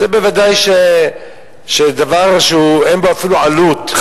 זה בוודאי דבר שאין בו אפילו עלות.